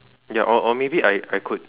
ya or or maybe I I could